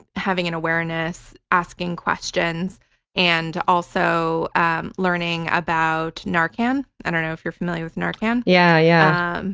having an awareness, asking questions and also ah learning about narcan. i don't know if you're familiar with narcan. yeah, yeah um